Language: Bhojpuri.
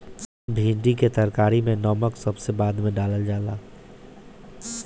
भिन्डी के तरकारी में नमक सबसे बाद में डालल जाला